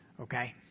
okay